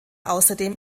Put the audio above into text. außerdem